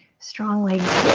strong legs